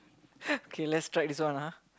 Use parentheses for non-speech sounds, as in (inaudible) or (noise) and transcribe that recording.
(laughs) okay let's strike this one ah